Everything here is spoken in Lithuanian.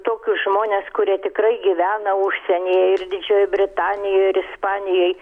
tokius žmones kurie tikrai gyvena užsieny ir didžioj britanijoj ir ispanijoj